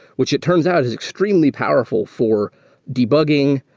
which, it turns out, is extremely powerful for debugging,